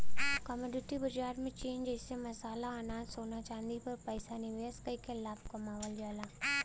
commodity बाजार में चीज जइसे मसाला अनाज सोना चांदी पर पैसा निवेश कइके लाभ कमावल जाला